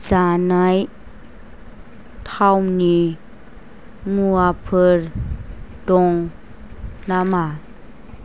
जानाय थावनि मुवाफोर दं नामा